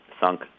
sunk